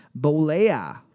Bolea